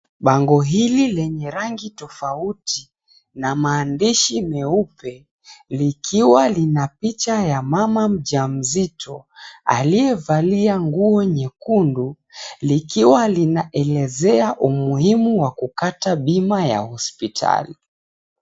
Bango hili lenye rangi tofauti na maandishi meupe, likiwa lina picha ya mama mjamzito, aliyevalia nguo nyekundu likiwa linaelezea umuhimu wa kukata bima ya hospitali.